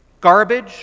garbage